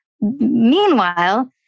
Meanwhile